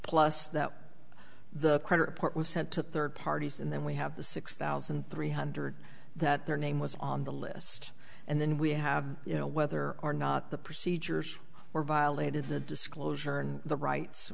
plus that the credit report was sent to third parties and then we have the six thousand three hundred that their name was on the list and then we have you know whether or not the procedures were violated the disclosure and the rights